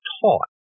taught